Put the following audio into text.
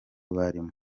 barimo